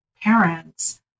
Parents